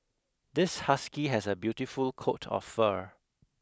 this husky has a beautiful coat of fur